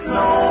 no